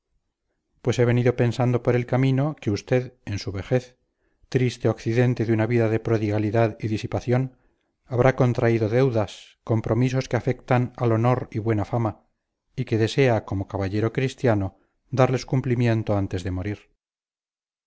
pues he venido pensando por el camino que usted en su vejez triste occidente de una vida de prodigalidad y disipación habrá contraído deudas compromisos que afectan al honor y buena fama y que desea como caballero cristiano darles cumplimiento antes de morir